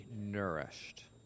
nourished